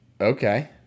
Okay